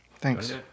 thanks